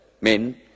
men